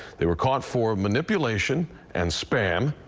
they were caught for manipulation and spam,